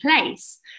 place